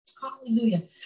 hallelujah